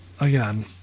again